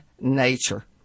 nature